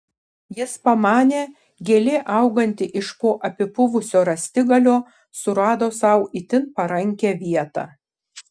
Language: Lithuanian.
jis pamanė gėlė auganti iš po apipuvusio rąstigalio surado sau itin parankią vietą